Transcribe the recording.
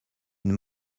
une